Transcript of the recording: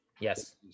Yes